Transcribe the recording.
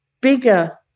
bigger